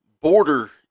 border